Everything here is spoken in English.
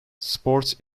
sports